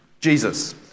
Jesus